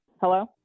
Hello